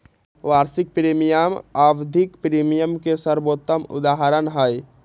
वार्षिक प्रीमियम आवधिक प्रीमियम के सर्वोत्तम उदहारण हई